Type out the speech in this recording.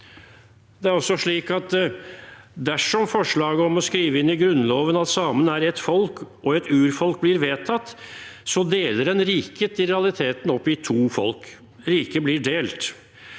Dersom forslaget om å skrive inn i Grunnloven at samene er et folk og et urfolk, blir vedtatt, deler en i realiteten riket opp i to folk. Riket blir delt.